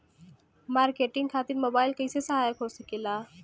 Marketing खातिर mobile कइसे सहायक हो सकेला?